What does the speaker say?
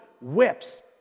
whips